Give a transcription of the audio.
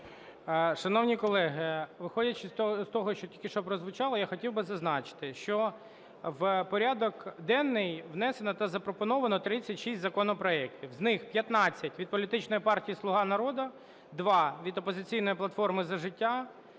Шановні колеги, виходячи з того, що тільки що прозвучало, я хотів би зазначити, що в порядок денний внесено та запропоновано 36 законопроектів. З них 15 – від політичної партії "Слуга народу", 2 – від "Опозиційної платформи – за життя",